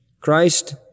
Christ